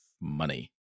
money